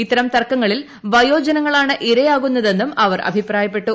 ഇത്തരം തർക്കങ്ങളിൽ വയോജനങ്ങളാണ് ഇരയാകുന്നതെന്നും അവർ അഭിപ്രായപ്പെട്ടു